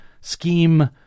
scheme